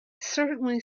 certainly